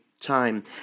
Time